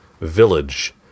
village